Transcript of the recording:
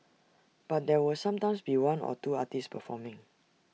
but there will sometimes be one or two artists performing